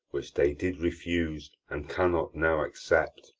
which they did refuse, and cannot now accept,